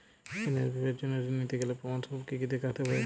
কন্যার বিবাহের জন্য ঋণ নিতে গেলে প্রমাণ স্বরূপ কী কী দেখাতে হবে?